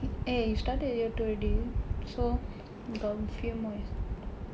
eh you started year two already so you can feel more